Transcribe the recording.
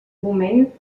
moment